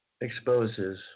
exposes